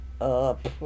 up